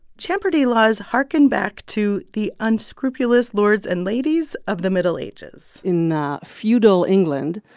champerty laws hearken back to the unscrupulous lords and ladies of the middle ages in feudal england,